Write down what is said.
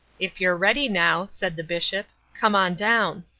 if you're ready now said the bishop, come on down